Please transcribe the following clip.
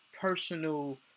personal